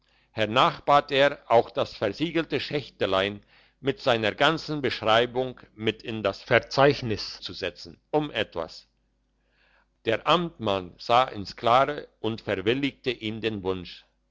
hernach bat er auch das versiegelte schächtelein mit seiner ganzen beschreibung mit in das verzeichnis zu setzen um etwas der amtmann sah ins klare und verwilligte ihm den wunsch